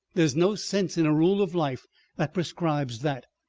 there's no sense in a rule of life that prescribes that.